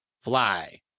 Fly